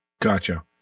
Gotcha